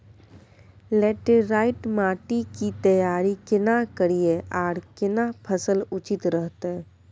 Laterite माटी की तैयारी केना करिए आर केना फसल उचित रहते?